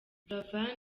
buravan